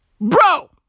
Bro